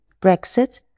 Brexit